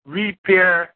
repair